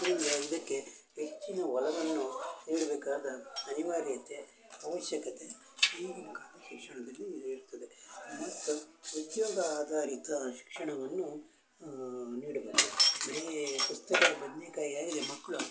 ಇದರಿಂದ ಇದಕ್ಕೆ ಹೆಚ್ಚಿನ ಒಲವನ್ನು ನೀಡಬೇಕಾದ ಅನಿವಾರ್ಯತೆ ಅವಶ್ಯಕತೆ ಈಗಿನ ಕಾಲದ ಶಿಕ್ಷಣದಲ್ಲಿ ಇರ್ತದೆ ಮತ್ತು ಉದ್ಯೋಗ ಆಧಾರಿತ ಶಿಕ್ಷಣವನ್ನು ನೀಡಬೇಕು ಬರೀ ಪುಸ್ತಕದ ಬದ್ನೇಕಾಯಿ ಆಗಿ ಮಕ್ಕಳು